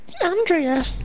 Andrea